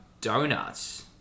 donuts